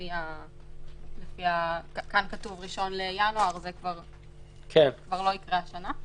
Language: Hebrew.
כאו כתוב "1 בינואר" זה כבר לא יקרה השנה.